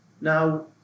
Now